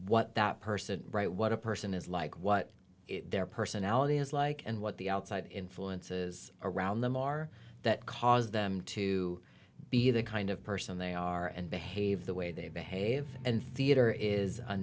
what that person right what a person is like what their personality is like and what the outside influences around them are that cause them to be the kind of person they are and behave the way they behave and theater is a